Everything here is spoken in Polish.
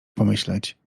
pomyśleć